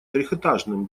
трехэтажным